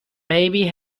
baby